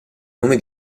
nome